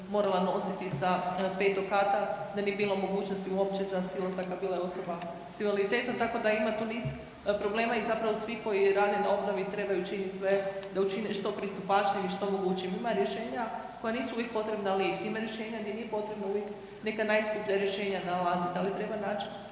morala nositi sa 5. kata, da nije bilo mogućnosti uopće za silazak, a bila je osoba sa invaliditetom, tako da ima tu niz problema i zapravo svi koji rade na obnovi trebaju činiti sve da učine što pristupačnijem i što mogućim. Ima rješenja koja nisu uvijek potrebna, lift, ima rješenja gdje nije potrebno uvijek neka najskuplja rješenja nalaziti, ali treba nać